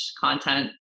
content